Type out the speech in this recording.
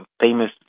famous